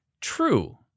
true